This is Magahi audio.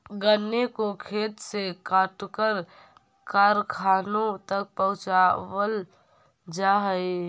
गन्ने को खेत से काटकर कारखानों तक पहुंचावल जा हई